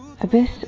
abyss